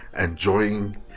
enjoying